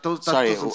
Sorry